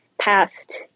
past